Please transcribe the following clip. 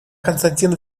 константин